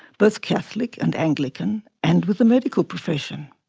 both catholic and anglican, and with the medical profession.